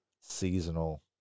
seasonal